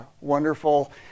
wonderful